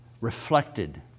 reflected